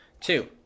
two